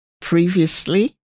previously